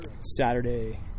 Saturday